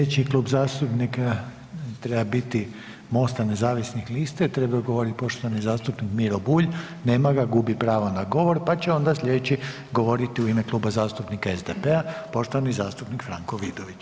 Sljedeći Klub zastupnika treba biti MOST-a nezavisnih lista i trebao je govoriti poštovani zastupnik Miro Bulj, nema ga, gubi pravo na govor, pa će onda sljedeći govoriti u ime Kluba zastupnika SDP-a, poštovani zastupnik Franko Vidović.